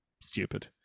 stupid